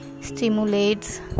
stimulates